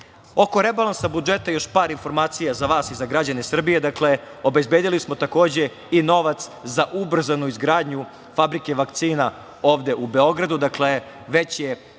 rebalansa budžeta još par informacija za vas i za građane Srbije. Dakle, obezbedili smo takođe i novac za ubrzanu izgradnju fabrike vakcina ovde u Beograd, već se